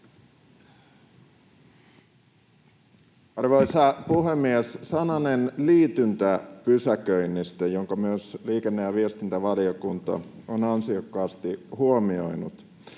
Arvoisa puhemies! Sananen liityntäpysäköinnistä, jonka myös liikenne‑ ja viestintävaliokunta on ansiokkaasti huomioinut.